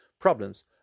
problems